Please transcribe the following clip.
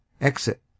EXIT